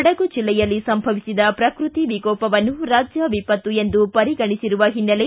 ಕೊಡಗು ಜಿಲ್ಲೆಯಲ್ಲಿ ಸಂಭವಿಸಿದ ಪ್ರಕೃತಿ ವಿಕೋಪವನ್ನು ರಾಜ್ಯ ವಿಪತ್ತು ಎಂದು ಪರಿಗಣಿಸಿರುವ ಹಿನ್ನೆಲೆ